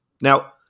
Now